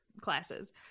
classes